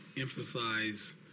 emphasize